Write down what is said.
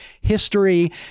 history